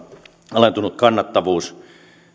alentunut kannattavuus